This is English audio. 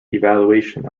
evaluation